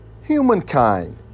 humankind